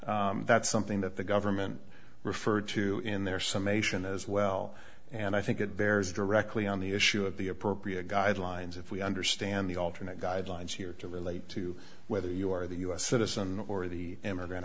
is that's something that the government referred to in their summation as well and i think it bears directly on the issue of the appropriate guidelines if we understand the alternate guidelines here to relate to whether you are the u s citizen or the immigrant